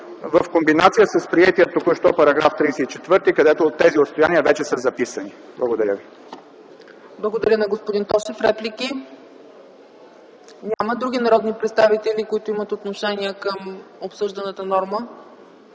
в комбинация с приетия току-що § 34, където тези отстояния вече са записани. Благодаря ви. ПРЕДСЕДАТЕЛ ЦЕЦКА ЦАЧЕВА: Благодаря на господин Тошев. Реплики? Няма. Други народни представители, които имат отношение към обсъжданата норма?